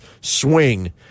swing